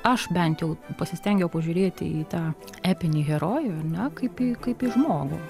aš bent jau pasistengiau pažiūrėti į tą epinį herojų ar ne kaip į kaip į žmogų